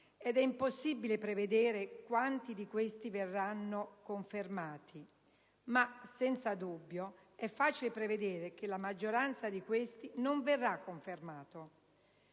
ed è impossibile prevedere quanti di questi verranno confermati, ma senza dubbio è facile prevedere che la maggioranza di questi non verrà confermata.